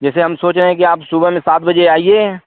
जैसे हम सोच रहे हैं कि आप सुबह में सात बजे आइए